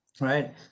right